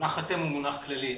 המונח אתם הוא מונח כללי.